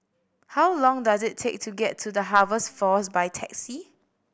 how long does it take to get to The Harvest Force by taxi